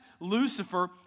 Lucifer